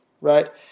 right